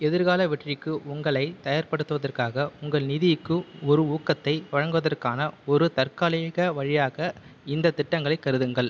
எதிர்கால வெற்றிக்கு உங்களைத் தயார்படுத்துவதற்காக உங்கள் நிதிக்கு ஒரு ஊக்கத்தை வழங்குவதற்கான ஒரு தற்காலிக வழியாக இந்த திட்டங்களைக் கருதுங்கள்